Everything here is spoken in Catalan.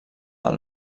del